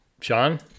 Sean